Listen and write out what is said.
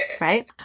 Right